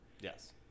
Yes